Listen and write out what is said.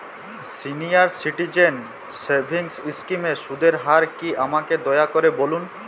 senior citizen savings স্কিমের সুদের হার কী আমাকে দয়া করে বলুন